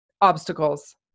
obstacles